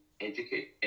educate